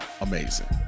amazing